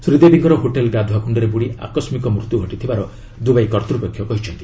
ଶ୍ରୀଦେବୀଙ୍କର hotel ଗାଧୁଆ କୁଣ୍ଡରେ ବୁଡ଼ି ଆକସ୍ମିକ ମୃତ୍ୟୁ ଘଟିଥିବାର ଦୁବାଇ କର୍ତ୍ତୃପକ୍ଷ କହିଛନ୍ତି